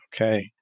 Okay